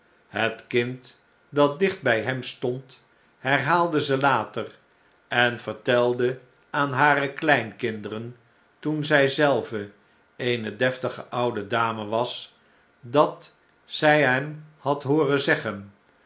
het kind dat dicht bij hem stond herhaalde ze later en vertelde aan hare kleinkinderen toen zij zelve eene deftige oude dame was dat zn hem had hooren zeggen